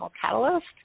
catalyst